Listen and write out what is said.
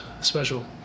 special